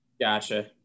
gotcha